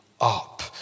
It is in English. up